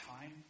time